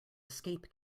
escape